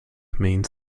means